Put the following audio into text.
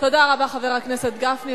תודה רבה, חבר הכנסת גפני.